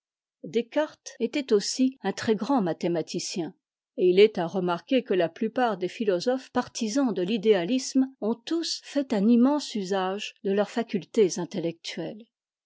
descartes était aussi un très-grand mathématicien et it est à remarquer que ta plupart des philosophes partisans de l'idéalisme ont tous fait un immense usage de leurs facultés intellectuelles